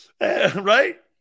Right